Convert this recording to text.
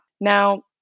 Now